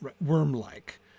worm-like